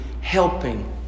helping